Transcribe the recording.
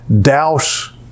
douse